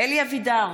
אלי אבידר,